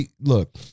Look